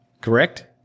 correct